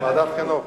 ועדת החינוך.